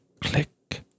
click